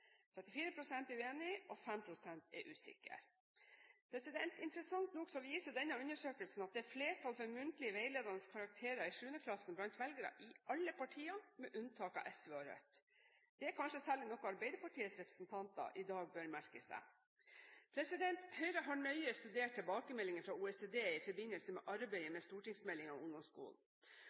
er uenig, og 5 pst. er usikre. Interessant nok viser denne undersøkelsen at det er flertall for muntlige, veiledende karakterer i 7. klasse blant velgerne i alle partier, med unntak av SV og Rødt. Det er kanskje særlig noe Arbeiderpartiets representanter bør merke seg. Høyre har nøye studert tilbakemelingene fra OECD i forbindelse med arbeidet med stortingsmeldingen om